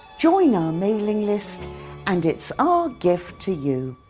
join our mailing list and it's our gift to you.